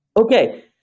Okay